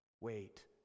Wait